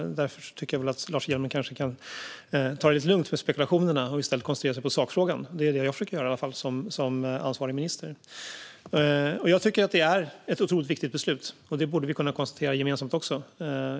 Därför tycker jag att Lars Hjälmered kan ta det lite lugnt med spekulationerna och i stället koncentrera sig på sakfrågan - det är i alla fall vad jag som ansvarig minister försöker att göra. Jag tycker att detta är ett otroligt viktigt beslut, och det borde vi kunna konstatera gemensamt.